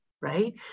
right